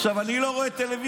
עכשיו, אני לא רואה טלוויזיה.